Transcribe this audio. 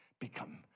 become